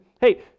Hey